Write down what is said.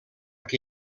que